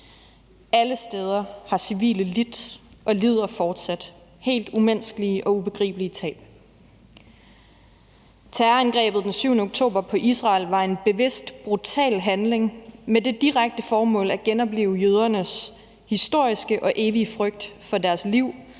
Alle steder har civile lidt og lider fortsat helt umenneskelige og ubegribelig tab. Terrorangrebet den 7. oktober på Israel var en bevidst brutal handling med det direkte formål at genoplive jødernes historiske og evige frygt for deres liv